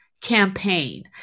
campaign